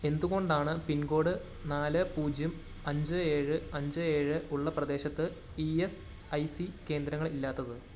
എന്തുകൊണ്ടാണ് പിൻകോഡ് നാല് പൂജ്യം അഞ്ച് ഏഴ് അഞ്ച് ഏഴ് ഉള്ള പ്രദേശത്ത് ഇ എസ് ഐ സി കേന്ദ്രങ്ങൾ ഇല്ലാത്തത്